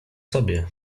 sobie